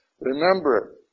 Remember